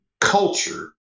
culture